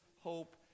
hope